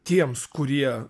tiems kurie